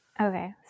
okay